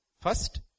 First